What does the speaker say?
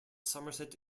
somerset